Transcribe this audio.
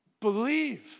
believe